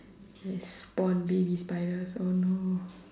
it's spawn baby spiders oh no